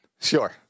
Sure